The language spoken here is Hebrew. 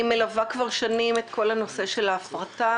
אני מלווה כבר שנים את כל נושא ההפרטה.